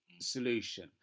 solution